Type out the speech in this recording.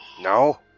no